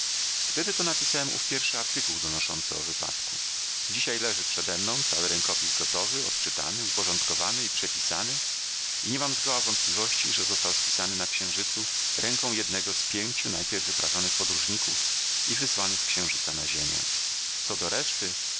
wtedy to napisałem ów pierwszy artykuł donoszący o wypadku dzisiaj leży przedemną cały rękopis gotowy odczytany uporządkowany i przepisany i nie mam zgoła wątpliwości że został spisany na księżycu ręką jednego z pięciu najpierw wyprawionych podróżników i wysłany z księżyca na ziemię co do reszty